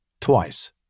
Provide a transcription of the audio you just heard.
Twice